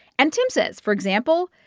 and tim says, for example,